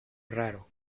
raro